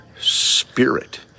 Spirit